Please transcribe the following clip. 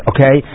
Okay